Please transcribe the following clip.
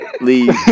Leave